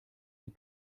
die